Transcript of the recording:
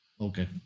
okay